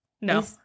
No